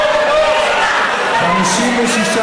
בושה, בושה.